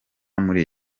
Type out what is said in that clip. muri